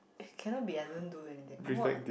cannot be I don't do anything what